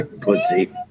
Pussy